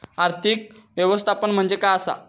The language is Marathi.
आर्थिक व्यवस्थापन म्हणजे काय असा?